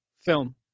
Film